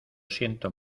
siento